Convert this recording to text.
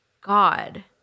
God